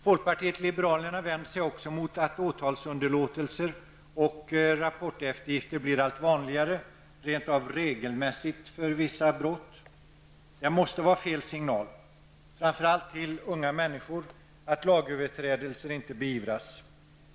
Folkpartiet liberalerna vänder sig också mot att åtalsunderlåtelse och rapporteftergift blir allt vanligare, rent av regelmässiga för vissa brott. Det måste vara fel signal, framför allt till unga människor, att lagöverträdelser inte beivras.